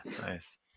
Nice